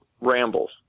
rambles